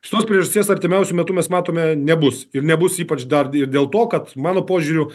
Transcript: šitos priežasties artimiausiu metu mes matome nebus ir nebus ypač dar ir dėl to kad mano požiūriu